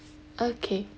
okay